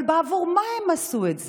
אבל בעבור מה הם עשו את זה?